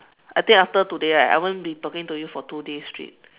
I think after today right I won't be talking to you for two days straight